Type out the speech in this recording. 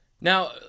Now